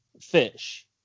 fish